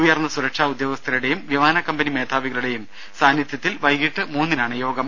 ഉയർന്ന സുരക്ഷാ ഉദ്യോഗസ്ഥരുടെയും വിമാനക്കമ്പനി മേധാവികളുടെയും സാന്നിധ്യത്തിൽ വൈകീട്ട് മൂന്നിനാണ് യോഗം